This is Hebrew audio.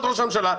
ראש הממשלה,